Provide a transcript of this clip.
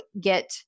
get